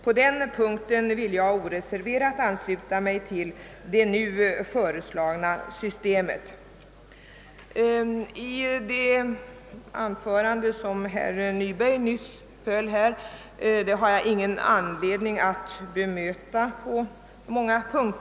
På den punkten vill jag oreserverat ansluta mig till det nu föreslagna systemet. Herr Nybergs nyligen hållna anförande har jag på många punkter ingen anledning att bemöta.